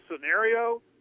scenario